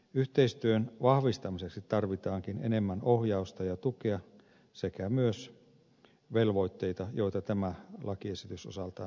yhteistyön vahvistamiseksi tarvitaankin enemmän ohjausta ja tukea sekä myös velvoitteita joita tämä lakiesitys osaltaan antaa